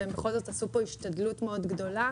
והם בכל זאת עשו פה השתדלות מאוד גדולה.